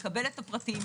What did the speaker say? לקבל את הפרטים.